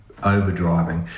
overdriving